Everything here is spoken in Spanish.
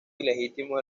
ilegítimo